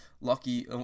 lucky